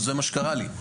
זה מה שקרה לי,